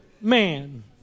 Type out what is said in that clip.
man